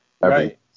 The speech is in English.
Right